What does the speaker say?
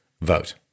vote